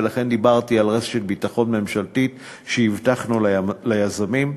ולכן דיברתי על רשת ביטחון ממשלתית שהבטחנו ליזמים.